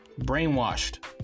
brainwashed